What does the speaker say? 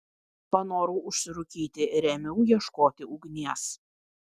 panorau užsirūkyti ir ėmiau ieškoti ugnies